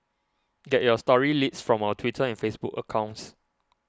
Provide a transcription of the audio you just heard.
get your story leads from our Twitter and Facebook accounts